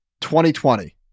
2020